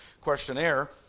questionnaire